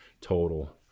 total